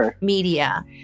media